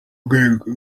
rwego